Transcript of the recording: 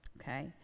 Okay